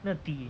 那底